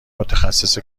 متخصص